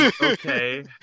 okay